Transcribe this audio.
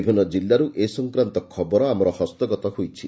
ବିଭିନ୍ କିଲ୍ଲାର୍ ଏସଂକ୍ରାନ୍ତ ଖବର ଆମର ହସ୍ତଗତ ହୋଇଛି